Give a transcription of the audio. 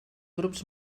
grups